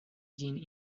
ĝin